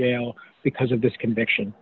jail because of this conviction